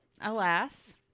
alas